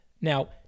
Now